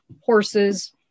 horses